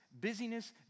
busyness